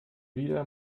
wieder